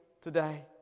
today